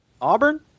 Auburn